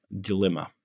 dilemma